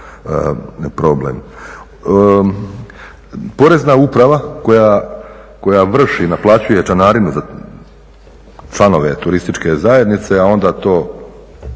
problem. Porezna uprava koja vrši, naplaćuje članarinu za članove turističke zajednice, a onda to